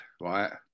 right